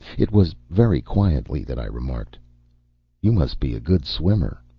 it was very quietly that i remarked you must be a good swimmer.